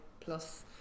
plus